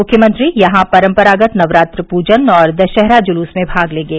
मुख्यमंत्री यहां पराम्परागत नवरात्र पूजन और दशहरा जुलूस में भाग लेंगे